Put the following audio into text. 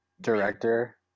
director